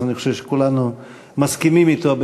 אז אני חושב שכולנו מסכימים אתו.